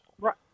Right